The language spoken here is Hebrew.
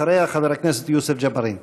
אחריה, חבר הכנסת יוסף ג'בארין.